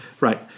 Right